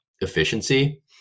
efficiency